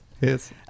yes